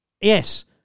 yes